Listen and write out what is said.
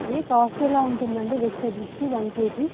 okay cost ఎలా ఉంటుంది అండి వెజిటెబుల్స్కి వన్ కేజీ